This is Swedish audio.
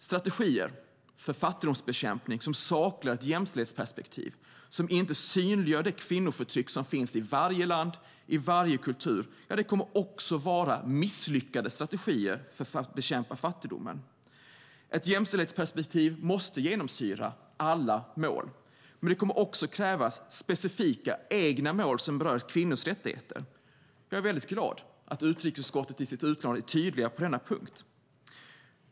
Strategier för fattigdomsbekämpning som saknar ett jämställdhetsperspektiv, som inte synliggör det kvinnoförtryck som finns i varje land och i varje kultur, kommer också att vara misslyckade strategier för att bekämpa fattigdomen. Ett jämställdhetsperspektiv måste genomsyra alla mål. Men det kommer också att krävas specifika egna mål som berör just kvinnors rättigheter. Jag är väldigt glad att utrikesutskottet i sitt utlåtande är tydligt på denna punkt.